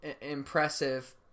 impressive